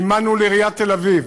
אנחנו מימנו לעיריית תל-אביב